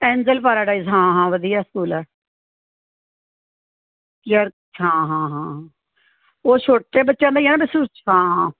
Angel Paradise ਹਾਂ ਹਾਂ ਵਧੀਆ ਸਕੂਲ ਹੈ ਚਰ ਹਾਂ ਹਾਂ ਹਾਂ ਉਹ ਛੋਟੇ ਬੱਚਿਆਂ ਦਾ ਹੀ ਆ ਨਾ ਵੈਸੇ ਹਾਂ ਹਾਂ